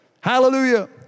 Hallelujah